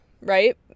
right